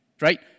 right